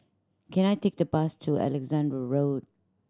can I take the bus to Alexandra Road